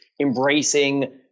embracing